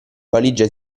valige